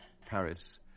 Paris